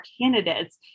candidates